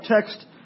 text